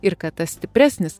ir kad tas stipresnis